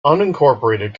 unincorporated